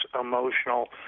emotional